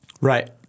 Right